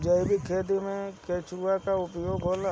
जैविक खेती मे केचुआ का उपयोग होला?